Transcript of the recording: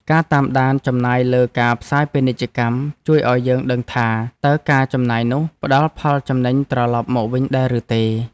ការតាមដានចំណាយលើការផ្សាយពាណិជ្ជកម្មជួយឱ្យយើងដឹងថា តើការចំណាយនោះផ្ដល់ផលចំណេញត្រឡប់មកវិញដែរឬទេ។